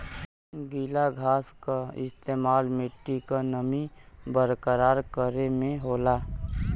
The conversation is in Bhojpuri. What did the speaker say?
गीला घास क इस्तेमाल मट्टी क नमी बरकरार करे में होला